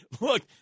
look